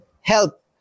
help